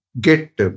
get